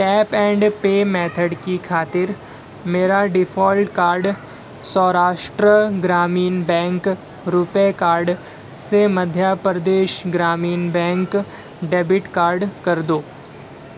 tape and pay method کی خاطر میرا default card Saurashtra Gramin bank RuPay card سے Madhya Pradesh Gramin bank debit card کر دو